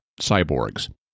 cyborgs